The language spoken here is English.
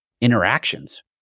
interactions